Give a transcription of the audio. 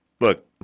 look